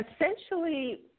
essentially